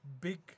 big